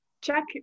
check